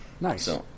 Nice